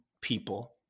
people